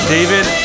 David